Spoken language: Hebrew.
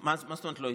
מה זאת אומרת לא עיכבו?